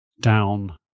down